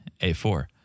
A4